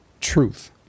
truth